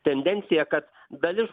tendencija kad dalis